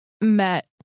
met